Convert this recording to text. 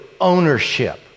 ownership